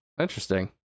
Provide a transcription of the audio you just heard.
interesting